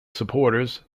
supporters